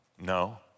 no